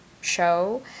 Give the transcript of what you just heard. show